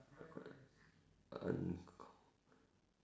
unco~